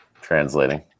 translating